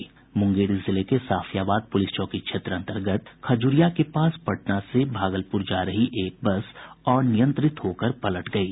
मुंगेर जिले के साफियाबाद पुलिस चौकी क्षेत्र अंतर्गत खजुरिया के पास पटना से भागलपुर जा रही एक बस अनियंत्रित होकर पलट गयी